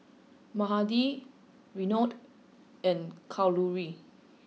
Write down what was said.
Mahade Renu and Kalluri